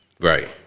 Right